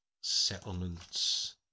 settlements